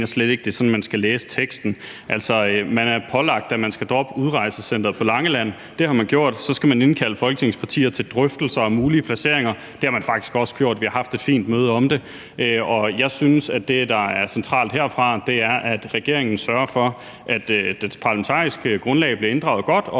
slet ikke, at det er sådan, teksten skal læses. Man har pålagt regeringen, at de skal droppe udrejsecenteret på Langeland. Det har regeringen gjort. Så skal regeringen indkalde Folketingets partier til drøftelser om mulige placeringer. Det har regeringen faktisk også gjort. Vi har haft et fint møde om det. Jeg synes, at det, der er centralt herefter, er, at regeringen sørger for, at dens parlamentariske grundlag bliver godt inddraget, og